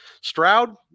Stroud